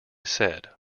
said